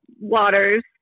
waters